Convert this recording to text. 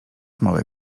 mały